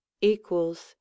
Equals